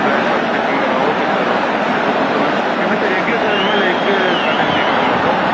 block forest கேக்ங்களா okay sir okay கண்டிப்பாக கொடுத்துட்றேன் எப்படி சார் எக்லெஸ் வேணுமா இல்லை எக்கு கண்டன் கேக்காக வேணுமா சார்